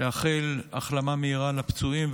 לאחל החלמה מהירה לפצועים,